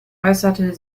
äußerte